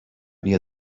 near